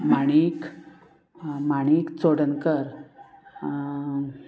Manik Manik Chodankar